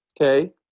Okay